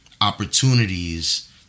opportunities